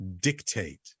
dictate